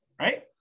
right